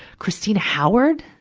christina howard?